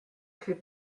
fait